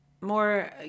more